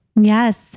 Yes